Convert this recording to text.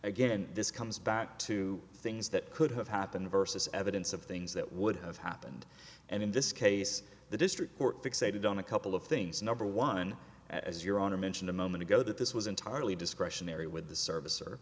again this comes back to things that could have happened versus evidence of things that would have happened and in this case the district court fixated on a couple of things number one as your honor mentioned a moment ago that this was entirely discretionary with the service or